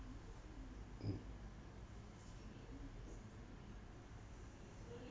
mm